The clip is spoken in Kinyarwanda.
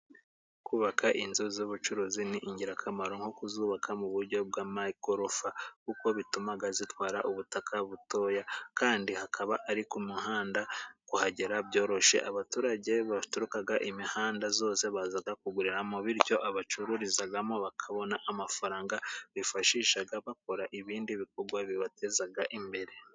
Kubaka inzu z'ubucuruzi ni ingirakamaro nko kuzubaka mu buryo bw'amagorofa kuko bituma zitwara ubutaka butoya; kandi hakaba ari ku muhanda kuhagera byoroshye. Abaturage baturuka imihanda yose baza kuguriramo, bityo abacururizamo bakabona amafaranga bifashisha bakora ibindi bikorwa bibateza imbere.